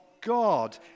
God